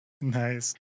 Nice